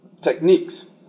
techniques